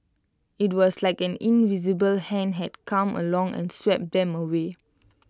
IT was like an invisible hand had come along and swept them away